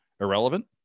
Irrelevant